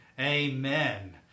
Amen